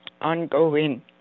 ongoing